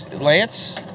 Lance